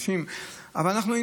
אבל אנחנו,